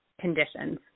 conditions